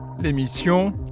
l'émission